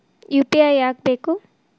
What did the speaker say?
UPI ಯಾಕ್ ಬೇಕು?